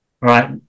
right